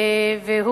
הצבתי לפניו את הבעיה,